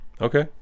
okay